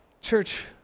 Church